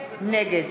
נגד